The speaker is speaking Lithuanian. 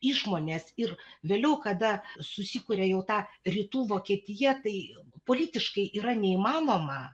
išmonės ir vėliau kada susikuria jau ta rytų vokietija tai politiškai yra neįmanoma